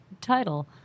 title